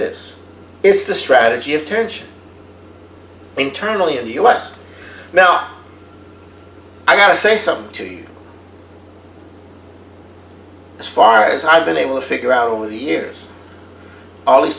this is the strategy of tension internally in the u s now i gotta say something to you as far as i've been able to figure out over the years all these